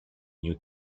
new